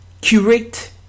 curate